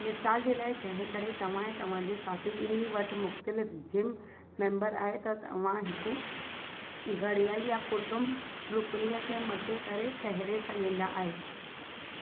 मिसाल जे लाइ जंहिं करे तव्हां ऐं तव्हांजे साथी बि॒नि वटि मुख़्तलिफ़ु जिम मेम्बर आहे त तव्हां हिकु गड़ियलु या कुटुंब रुक्नियत में मटी करे सहेडे़ सघंदा आहियो